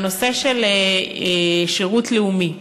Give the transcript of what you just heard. הנושא של שירות לאומי.